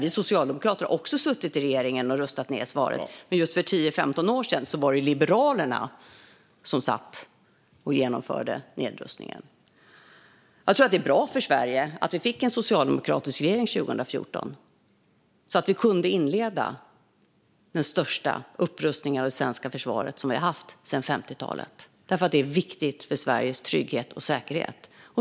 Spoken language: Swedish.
Vi socialdemokrater har också suttit i regeringen och rustat ned försvaret, men just för tio femton år sedan var det Liberalerna som satt och genomförde nedrustningen. Jag tror att det är bra för Sverige att vi fick en socialdemokratisk regering 2014 så att vi kunde inleda den största upprustning av det svenska försvaret som vi har sett sedan 50-talet. Det är viktigt för Sveriges trygghet och säkerhet.